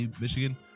Michigan